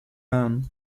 band